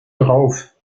drauf